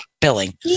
billing